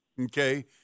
okay